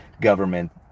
government